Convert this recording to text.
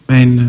Mijn